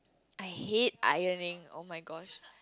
I hate ironing oh-my-gosh